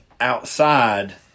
outside